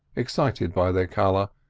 excited by their colour,